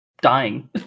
dying